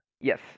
Yes